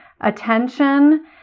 attention